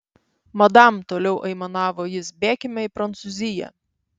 madam toliau aimanavo jis bėkime į prancūziją